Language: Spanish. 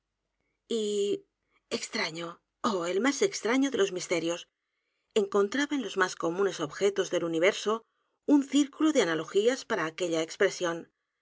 por fin apartarse enteramente de m í y extraño oh el más extraño de los misterios encontraba en los más comunes objetos del universo un círculo de analogías para aquella expresión